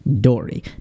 dory